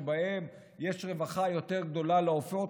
שבהם יש רווחה יותר גדולה לעופות.